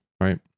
right